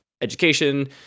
education